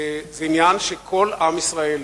זה עניין שכל עם ישראל,